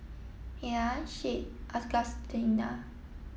Miah Shade Augustina